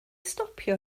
stopio